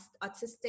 autistic